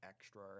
extra